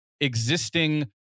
existing